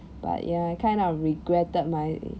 but ya I kinda regretted my